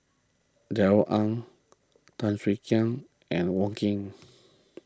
Darrell Ang Tan Swie Hian and Wong Keen